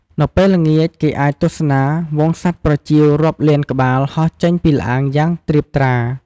នៅពេលល្ងាច គេអាចទស្សនាហ្វូងសត្វប្រចៀវរាប់លានក្បាលហោះចេញពីល្អាងយ៉ាងត្រៀបត្រា។